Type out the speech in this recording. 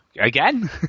Again